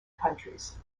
countries